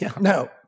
No